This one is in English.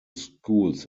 schools